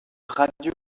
radio